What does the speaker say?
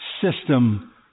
system